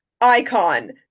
icon